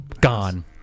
gone